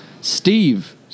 Steve